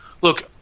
look